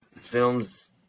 films